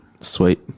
Sweet